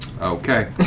Okay